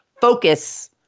focus